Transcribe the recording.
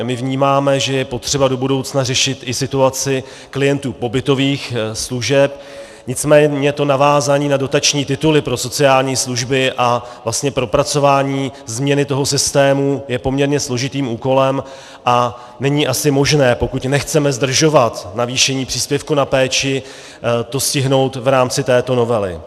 My vnímáme, že je potřeba do budoucna řešit i situaci klientů pobytových služeb, nicméně to navázání na dotační tituly pro sociální služby a vlastně propracování změny toho systému je poměrně složitým úkolem a není asi možné, pokud nechceme zdržovat navýšení příspěvku na péči, to stihnout v rámci této novely.